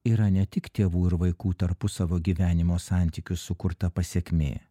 yra ne tik tėvų ir vaikų tarpusavio gyvenimo santykių sukurta pasekmė